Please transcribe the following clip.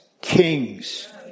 kings